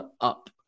up